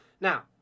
now